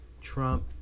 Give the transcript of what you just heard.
Trump